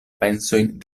pensojn